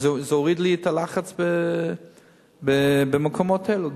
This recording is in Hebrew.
וזה מוריד את הלחץ במקומות האלו.